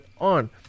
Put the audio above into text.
on